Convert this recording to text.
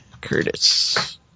Curtis